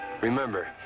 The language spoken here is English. Remember